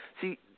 see –